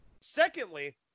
Secondly